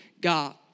God